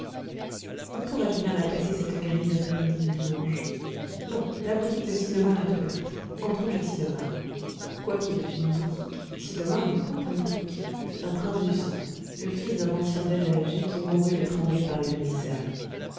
où pourrais-je bien la passer cette grise après-midi de dimanche bon la boutique de sid'omar est ouverte entrons chez sid'omar quoiqu'il ait une boutique sid'omar n'est point un boutiquier c'est un prince du sang le fils d'un ancien dey d'alger qui mourut étranglé par les